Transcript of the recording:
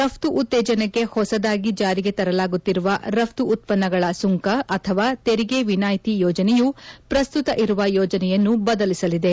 ರಫ್ತು ಉತ್ತೇಜನಕ್ಕೆ ಹೊಸದಾಗಿ ಜಾರಿಗೆ ತರಲಾಗುತ್ತಿರುವ ರಫ್ತು ಉತ್ಪನ್ನಗಳ ಸುಂಕ ಅಥವಾ ತೆರಿಗೆ ವಿನಾಯಿತಿ ಯೋಜನೆಯು ಪ್ರಸ್ತುತ ಇರುವ ಯೋಜನೆಯನ್ನು ಬದಲಿಸಲಿದೆ